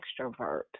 extrovert